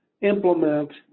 implement